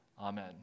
Amen